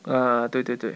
啊对对对